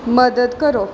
ਮਦਦ ਕਰੋ